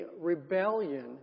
rebellion